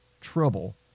trouble